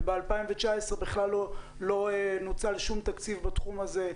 וב-2019 בכלל לא נוצל שום תקציב בתחום הזה.